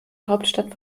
hauptstadt